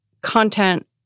content